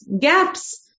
gaps